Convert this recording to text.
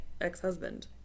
ex-husband